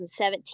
2017